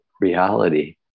reality